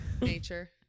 nature